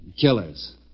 killers